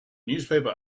newspaper